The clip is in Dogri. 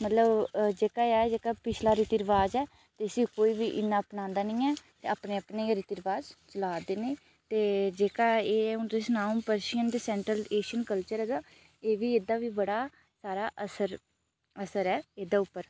मतलब जेह्का ऐ जेह्का पिछला रीति रवाज़ ऐ इसी कोई बी इन्ना अपनांदा नी ऐ ते अपने अपने गै रीति रवाज़ चला दे न एह् ते जेह्के एह् ऐ हून तुसेंगी सनां पशियम ते सैंटर ऐशियन कल्चर एह् बी एहदा बी बड़ा सारा असर असर ऐ एह्दे उप्पर